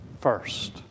first